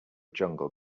jungle